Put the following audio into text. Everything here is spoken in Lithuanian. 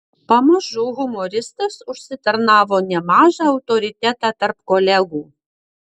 pamažu humoristas užsitarnavo nemažą autoritetą tarp kolegų